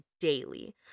daily